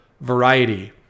variety